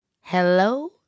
Hello